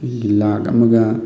ꯂꯥꯛ ꯑꯃꯒ